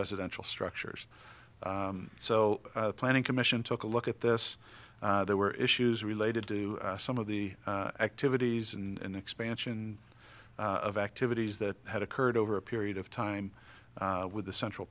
residential structures so the planning commission took a look at this there were issues related to some of the activities and expansion of activities that had occurred over a period of time with the central